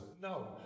No